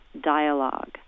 dialogue